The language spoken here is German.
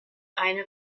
eine